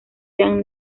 sean